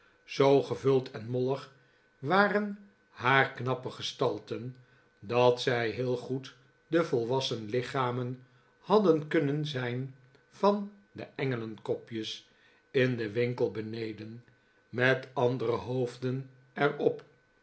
zoo gevuld en mollig waren haar knappe gestagen dat zij heel goed de volwassen lichamen hadden kunnen zijn van de engelenkopjes in den winkel beneden met andere hoofden